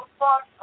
fuck